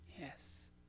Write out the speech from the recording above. Yes